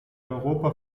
europa